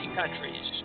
countries